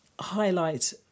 highlight